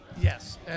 Yes